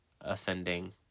ascending